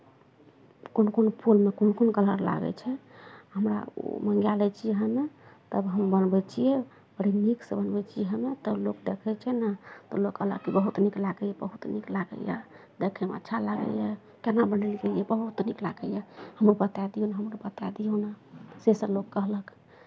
कोन कोन फूलमे कोन कोन कलर लागै छै हमरा ओ मङ्गा लै छियै हमे तब हम बनबै छियै बड़ नीकसँ बनबै छियै हमे तब लोक देखै छै ने तऽ लोक कहलक कि बहुत नीक लागैए बहुत नीक लागैए देखयमे अच्छा लागैए केना बनेलियै बहुत नीक लागैए हमरो बताए दियौ हमरो बताए दियौ ने सेसभ लोक कहलक